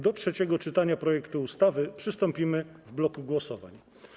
Do trzeciego czytania projektu ustawy przystąpimy w bloku głosowań.